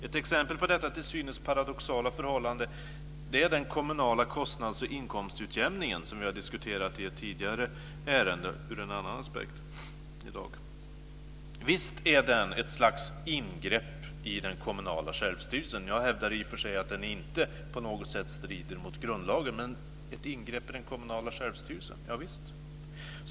Ett exempel på detta till synes paradoxala förhållande är den kommunala kostnads och inkomstutjämning som vi i dag har diskuterat i ett tidigare ärende ur en annan aspekt. Visst är den ett slags ingrepp i den kommunala självstyrelsen. Jag hävdar i och för sig att den inte på något sätt strider mot grundlagen, men ett ingrepp i den kommunala självstyrelsen är den, ja visst.